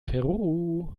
peru